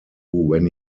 when